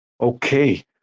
Okay